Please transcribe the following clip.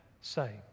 say